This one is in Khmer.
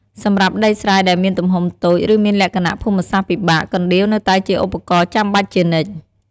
សម្រាប់ដីស្រែដែលមានទំហំតូច ឬមានលក្ខណៈភូមិសាស្ត្រពិបាក កណ្ដៀវនៅតែជាឧបករណ៍ចាំបាច់ជានិច្ច។